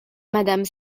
madame